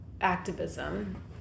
activism